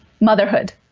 motherhood